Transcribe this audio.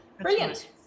Brilliant